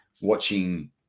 watching